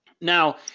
Now